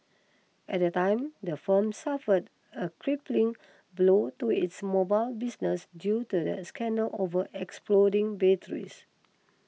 at the time the firm suffered a crippling blow to its mobile business due to the scandal over exploding batteries